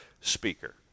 speaker